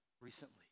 recently